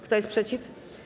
Kto jest przeciw?